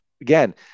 Again